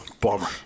bummer